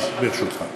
please, ברשותך.